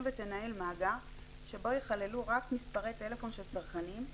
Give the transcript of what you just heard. ותנהל מאגר שבו ייכללו רק מספרי טלפון של צרכנים,